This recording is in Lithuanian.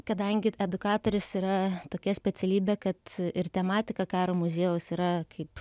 kadangi edukatorius yra tokia specialybė kad ir tematika karo muziejaus yra kaip